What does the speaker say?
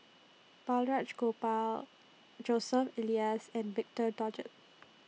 Balraj Gopal Joseph Elias and Victor Doggett